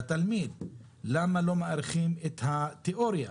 למה לא מאריכים את התיאוריה,